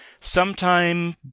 Sometime